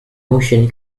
motion